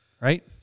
Right